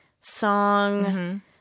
song